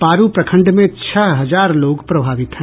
पारू प्रखंड में छह हजार लोग प्रभावित हैं